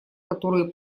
которые